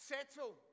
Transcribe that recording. Settle